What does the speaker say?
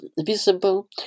visible